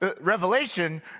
Revelation